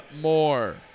more